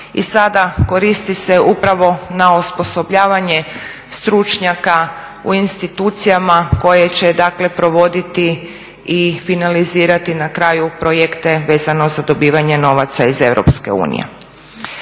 i sada koristi se upravo na osposobljavanje stručnjaka u institucijama koje će dakle provoditi i finalizirati na kraju projekte vezano za dobivanje novaca iz